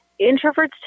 introverts